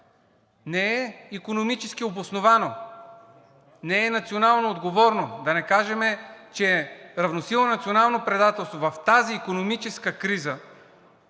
Не е икономически обосновано, не е национално отговорно, да не кажем, че е равносилно на национално предателство в тази икономическа криза,